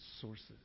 sources